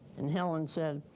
and helen said,